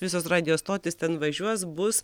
visos radijo stotis ten važiuos bus